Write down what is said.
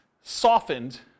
softened